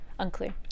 unclear